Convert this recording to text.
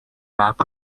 map